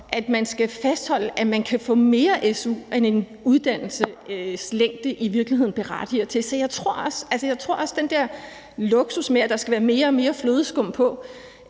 at man skal fastholde, at man kan få mere su end en uddannelses længde i virkeligheden berettiger til. Så jeg tror også, den her luksusidé med, at der skal lægges mere og mere flødeskum på,